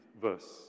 verse